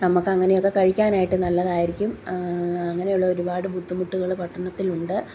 നമ്മൾക്ക് അങ്ങനെയൊക്കെ കഴിക്കാനായിട്ട് നല്ലതായിരിക്കും അങ്ങനെയുള്ള ഒരുപാട് ബുദ്ധിമുട്ടുകൾ പട്ടണത്തിലുണ്ട്